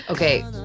Okay